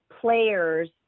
players